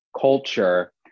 culture